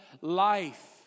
life